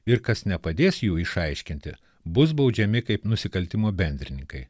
ir kas nepadės jų išaiškinti bus baudžiami kaip nusikaltimo bendrininkai